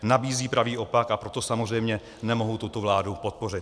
Nabízí pravý opak, a proto samozřejmě nemohu tuto vládu podpořit.